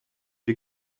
wir